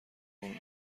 اون